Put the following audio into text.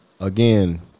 Again